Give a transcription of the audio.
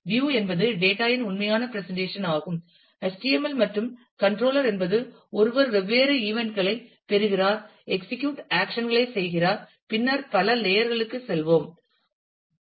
view என்பது data இன் உண்மையான பிரசன்டேஷன் ஆகும் HTML மற்றும் கண்ட்ரோலர் என்பது ஒருவர் வெவ்வேறு இவன்ட் களைப் பெறுகிறார் எக்ஸிக்யூட் ஆக்சன் களை செய்கிறார் பின்னர் பல லேயர் களுக்குச் செல்வோம்